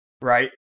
right